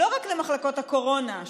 לא רק למחלקות הקורונה,